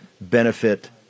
benefit –